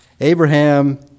Abraham